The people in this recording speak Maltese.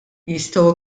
jistgħu